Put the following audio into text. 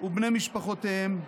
ובני משפחותיהם,